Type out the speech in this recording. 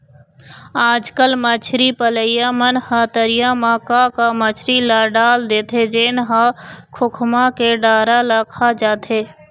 आजकल मछरी पलइया मन ह तरिया म का का मछरी ल डाल देथे जेन ह खोखमा के डारा ल खा जाथे